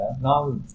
now